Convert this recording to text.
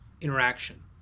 interaction